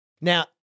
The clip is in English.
Now